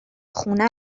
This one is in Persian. خونه